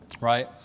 Right